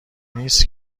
نیست